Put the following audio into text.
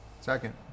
Second